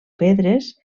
pedres